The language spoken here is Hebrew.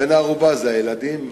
בן הערובה זה הילדים.